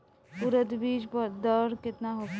उरद बीज दर केतना होखे?